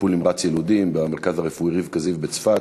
טיפול נמרץ יילודים במרכז הרפואי על-שם רבקה זיו בצפת.